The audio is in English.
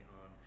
on